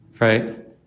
Right